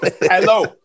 Hello